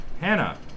Hannah